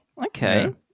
Okay